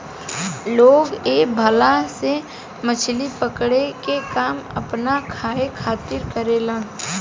लोग ए भाला से मछली पकड़े के काम आपना खाए खातिर करेलेन